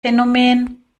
phänomen